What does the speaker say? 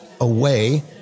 away